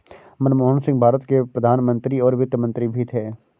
मनमोहन सिंह भारत के प्रधान मंत्री और वित्त मंत्री भी थे